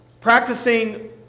practicing